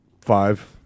five